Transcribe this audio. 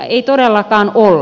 ei todellakaan olla